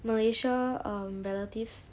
malaysia um relatives